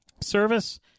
service